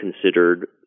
considered